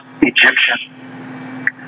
Egyptian